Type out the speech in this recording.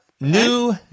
New